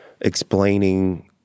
explaining